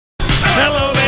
Hello